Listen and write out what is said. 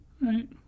Right